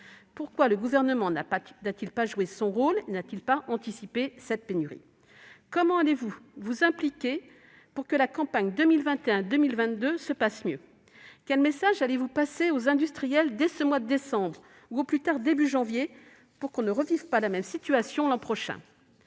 Pourquoi le Gouvernement n'a-t-il pas joué son rôle en anticipant cette pénurie ? Comment allez-vous vous impliquer pour que la campagne 2021-2022 se passe mieux ? Quel message allez-vous faire passer aux industriels dès ce mois de décembre, ou au plus tard au début de janvier, pour qu'on ne revive pas la même situation l'an prochain ?